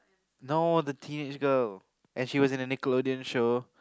no the teenage girl and she was in the Nickelodeon show